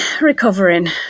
recovering